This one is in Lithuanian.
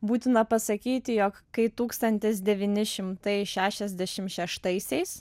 būtina pasakyti jog kai tūkstantis devyni šimtai šešiasdešimt šeštaisiais